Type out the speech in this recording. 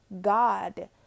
God